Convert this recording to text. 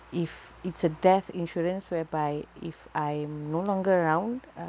if it's a death insurance whereby if I'm no longer around